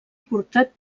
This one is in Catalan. portat